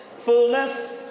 Fullness